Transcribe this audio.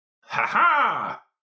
Ha-ha